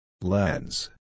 Lens